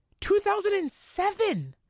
2007